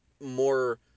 more